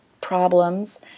problems